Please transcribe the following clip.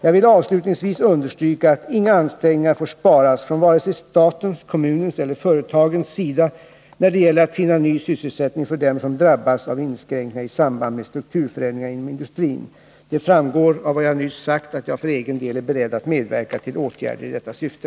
Jag vill avslutningsvis understryka att inga ansträngningar får sparas från vare sig statens, kommunens eller företagens sida när det gäller att finna ny sysselsättning för dem som drabbas av inskränkningar i samband med strukturförändringar inom industrin. Det framgår av vad jag nyss sagt att jag för egen del är beredd att medverka till åtgärder i detta syfte.